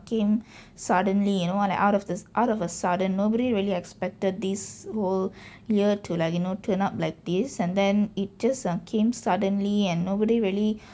came suddenly you know like out of the out of a sudden nobody really expected this whole year to like you know turn up like this and then it just um came suddenly and nobody really